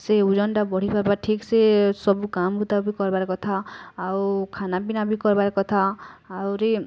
ସେ ଓଜନ୍ ଟା ବଢ଼ିବା ଠିକ୍ ସେ ସବୁ କାମ୍ ଭୁତା ବି କରବାର୍ କଥା ଆଉ ଖାନାପିନା ବି କରବାର୍ କଥା ଆହୁରି